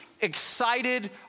excited